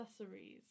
accessories